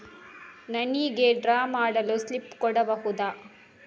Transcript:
ನನಿಗೆ ಡ್ರಾ ಮಾಡಲು ಸ್ಲಿಪ್ ಕೊಡ್ಬಹುದಾ?